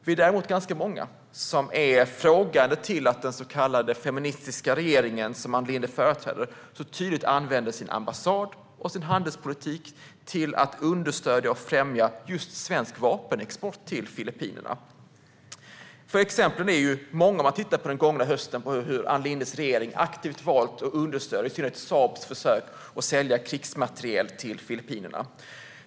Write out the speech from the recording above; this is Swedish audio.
Vi är däremot ganska många som är frågande till att den så kallade feministiska regeringen som Ann Linde företräder så tydligt använder sin ambassad och sin handelspolitik till att understödja och främja just svensk vapenexport till Filippinerna. Om man tittar på den gångna hösten är exemplen många på hur Ann Lindes regering valt att aktivt understödja i synnerhet Saabs försök att sälja krigsmateriel till Filippinerna.